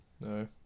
no